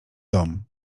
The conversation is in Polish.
dom